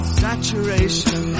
saturation